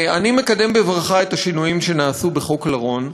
אני מקדם בברכה את השינויים שנעשו בחוק לרון.